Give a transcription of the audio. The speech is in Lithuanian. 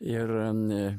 ir ne